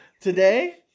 today